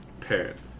parents